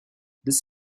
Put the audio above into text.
this